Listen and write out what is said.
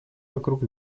вокруг